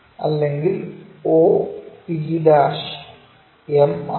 അല്ലെങ്കിൽ o p m ആണ്